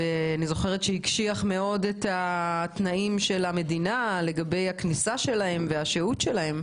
אני זוכרת שזה הקשיח מאוד את התנאים של המדינה לגבי כניסתם ושהותם.